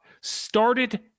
started